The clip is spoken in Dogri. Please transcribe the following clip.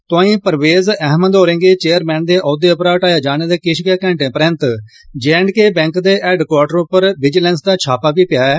तोआई परवेज़ अहमद होरेंगी चेयरमैन दे औह्द्वे परा हटाए जाने दे किश गै घैंटे परैन्त जेएंडके बैंक दे हैडक्वार्टर उप्पर विजिलैंस दा छापा बी पेआ ऐ